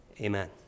amen